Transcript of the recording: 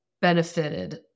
benefited